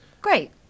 Great